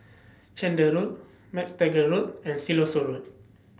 Chander Road MacTaggart Road and Siloso Road